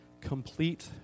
complete